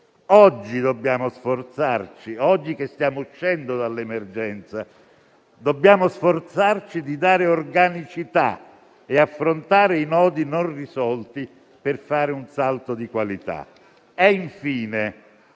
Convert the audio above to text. medicina territoriale. Oggi, che stiamo uscendo dall'emergenza, dobbiamo sforzarci di dare organicità e di affrontare i nodi non risolti, per fare un salto di qualità.